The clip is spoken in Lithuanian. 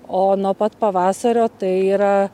o nuo pat pavasario tai yra